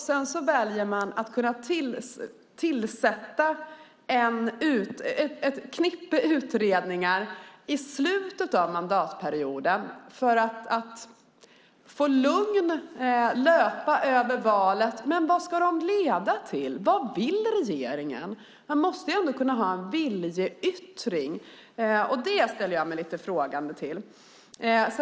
Sedan väljer man att tillsätta ett knippe utredningar i slutet av mandatperioden för att få lugn och låta dem löpa över valet. Vad ska de leda till? Vad vill regeringen? Man måste ändå kunna ha en viljeyttring. Det ställer jag mig lite frågande till.